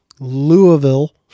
Louisville